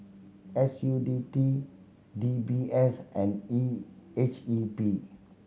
S U T D D B S and E H E B